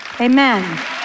Amen